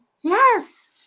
yes